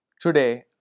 Today